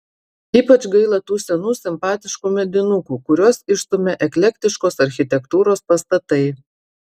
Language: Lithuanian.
ypač gaila tų senų simpatiškų medinukų kuriuos išstumia eklektiškos architektūros pastatai